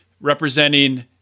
representing